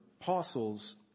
apostles